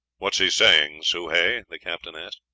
what is he saying, soh hay? the captain asked.